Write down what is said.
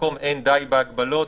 באמצעי שאינו פולשני,